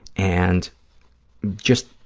and just,